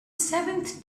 seventh